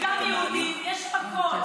גם אני.